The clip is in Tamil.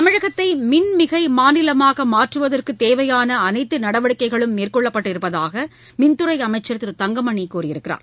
தமிழகத்தை மின்மிகை மாநிலமாக மாற்றுவதற்கு தேவையான அனைத்து நடவடிக்கைகளும் மேற்கொள்ளப்பட்டு இருப்பதாக மின்துறை அமைச்சர் திரு தங்கமணி கூறியிருக்கிறார்